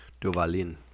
Duvalin